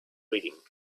reading